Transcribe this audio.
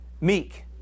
meek